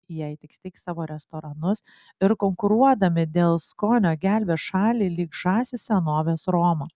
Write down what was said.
jei tik steigs savo restoranus ir konkuruodami dėl skonio gelbės šalį lyg žąsys senovės romą